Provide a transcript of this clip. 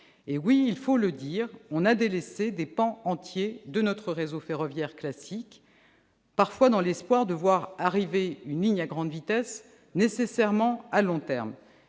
Oui, il faut le dire, nous avons délaissé des pans entiers de notre réseau ferroviaire classique, parfois dans l'espoir de voir arriver une ligne à grande vitesse, nécessairement à long terme.